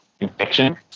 infection